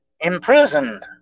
imprisoned